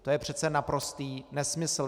To je přece naprostý nesmysl.